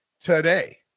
today